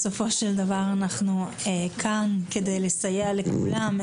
בסופו של דבר אנחנו כאן כדי לסייע לכולם,